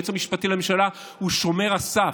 היועץ המשפטי לממשלה הוא שומר הסף,